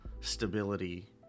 stability